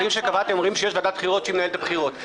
הכללים שקבעתם אומרים שיש ועדת בחירות שמנהלת את הבחירות.